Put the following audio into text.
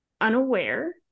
unaware